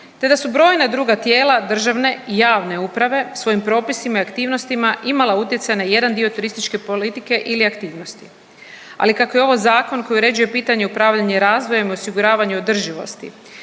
te da su brojna druga tijela državne i javne uprave svojim propisima i aktivnostima imala utjecaj na jedan dio turističke politike ili aktivnosti, ali kako je ovo zakon koji uređuje pitanje upravljanje razvojem osiguravanju održivosti